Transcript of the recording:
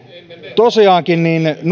tosiaankin